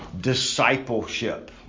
discipleship